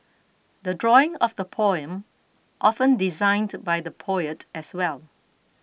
the drawing of the poem often designed by the poet as well